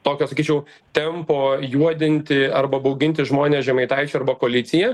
tokio sakyčiau tempo juodinti arba bauginti žmones žemaitaičiu arba koalicija